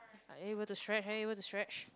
are you able to stretch are you able to stretch